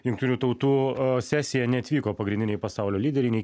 jungtinių tautų sesiją neatvyko pagrindiniai pasaulio lyderiai nei